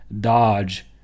Dodge